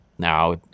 Now